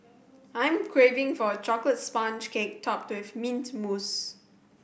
I'm craving for a chocolate sponge cake topped with mint mousse